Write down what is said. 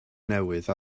newydd